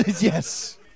yes